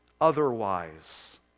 otherwise